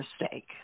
mistake